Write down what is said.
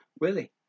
Willie